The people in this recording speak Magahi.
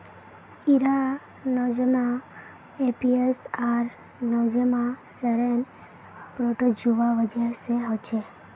इरा नोज़ेमा एपीस आर नोज़ेमा सेरेने प्रोटोजुआ वजह से होछे